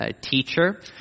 teacher